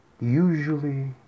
Usually